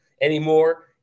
anymore